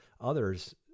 others